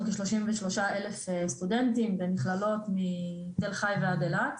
כ-33,000 סטודנטים במכללות מתל חי ועד אילת.